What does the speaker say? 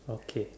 okay